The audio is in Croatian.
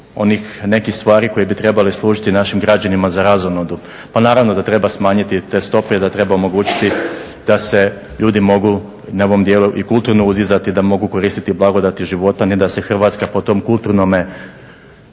nekih stvari koje bi trebale služiti našim građanima za razonodu. Pa naravno da treba smanjiti te stope i da treba omogućiti da se ljudi mogu na ovom dijelu i kulturno uzdizati, da mogu koristiti blagodati života, ne da se Hrvatska po tom kulturnom